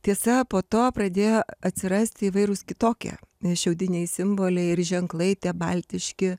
tiesa po to pradėjo atsirast įvairūs kitokie šiaudiniai simboliai ir ženklai tie baltiški